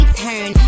turn